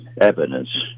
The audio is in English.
evidence